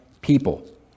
people